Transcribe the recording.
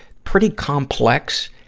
pretty complex.